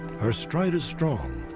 her stride is strong,